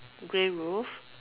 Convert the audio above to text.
grey roof